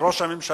על ראש הממשלה,